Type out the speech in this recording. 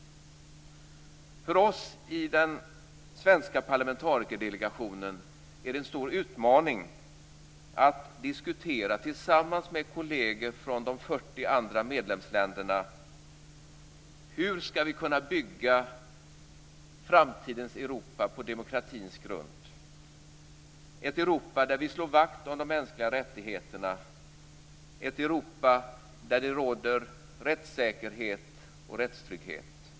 För oss i den svenska parlamentarikerdelegationen är det en stor utmaning att diskutera tillsammans med kolleger från de 40 andra medlemsländerna: Hur skall vi kunna bygga framtidens Europa på demokratins grund, ett Europa där vi slår vakt om de mänskliga rättigheterna, ett Europa där det råder rättssäkerhet och rättstrygghet?